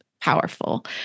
powerful